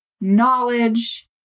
knowledge